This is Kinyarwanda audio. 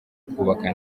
kubaka